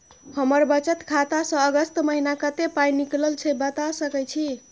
हमर बचत खाता स अगस्त महीना कत्ते पाई निकलल छै बता सके छि?